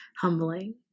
humbling